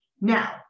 Now